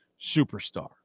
superstar